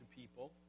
people